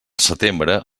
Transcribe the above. setembre